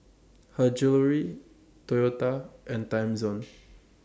Her Jewellery Toyota and Timezone